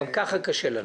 גם ככה קשה לנו?